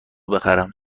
بخرم